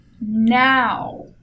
now